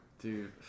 dude